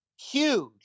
huge